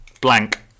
blank